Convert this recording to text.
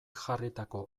jarritako